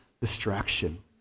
distraction